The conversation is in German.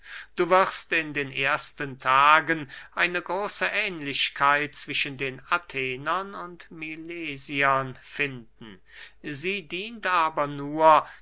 du wirst in den ersten tagen eine große ähnlichkeit zwischen den athenern und milesiern finden sie dient aber nur